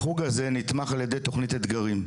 החוג הזה נתמך על ידי תכנית אתגרים,